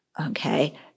okay